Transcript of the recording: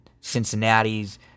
Cincinnati's